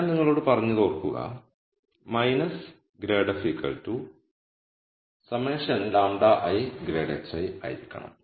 ഞാൻ നിങ്ങളോട് പറഞ്ഞത് ഓർക്കുക ∇fλi∇ ആയിരിക്കണം